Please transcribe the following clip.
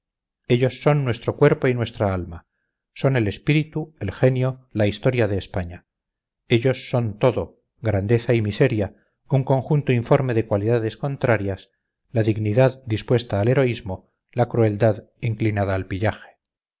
ellos son nuestro cuerpo y nuestra alma son el espíritu el genio la historia de españa ellos son todo grandeza y miseria un conjunto informe de cualidades contrarias la dignidad dispuesta al heroísmo la crueldad inclinada al pillaje